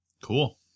Cool